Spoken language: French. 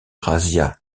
razzias